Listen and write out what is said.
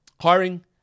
Hiring